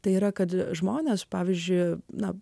tai yra kad žmonės pavyzdžiui namą